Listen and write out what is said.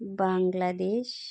Bangladesh